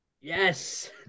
Yes